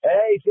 Hey